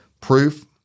proof